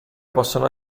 possono